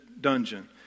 dungeon